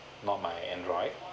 not my android